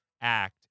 act